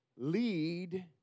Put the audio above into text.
Lead